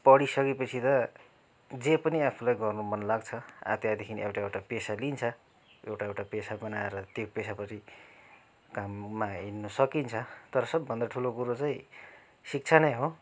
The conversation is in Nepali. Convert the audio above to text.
पढिसकेपछि त जे पनि आफूलाई गर्नु मन लाग्छ अब त्यहाँदेखि एउटा एउटा पेसा लिन्छ एउटा एउटा पेसा बनाएर त्यो पेसाभरि काममा हिँड्नु सकिन्छ तर सबभन्दा ठुलो कुरो चाहिँ शिक्षा नै हो